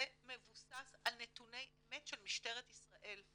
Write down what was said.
זה מבוסס על נתוני אמת של משטרת ישראל.